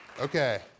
Okay